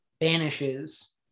banishes